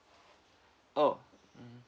oh